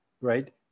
right